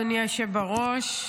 אדוני היושב בראש,